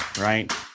right